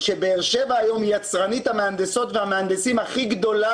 שבאר שבע היום היא יצרנית המהנדסות והמהנדסים הכי גדולה